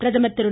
பிரதமர் திரு